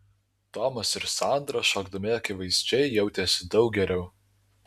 tomas ir sandra šokdami akivaizdžiai jautėsi daug geriau